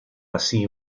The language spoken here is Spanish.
así